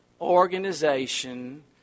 organization